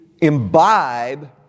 imbibe